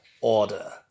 order